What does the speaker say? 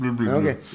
Okay